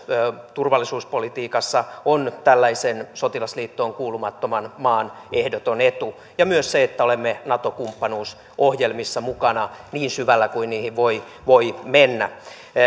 turvallisuuspolitiikassa on tällaisen sotilasliittoon kuulumattoman maan ehdoton etu ja myös se että olemme nato kumppanuusohjelmissa mukana niin syvällä kuin niihin voi mennä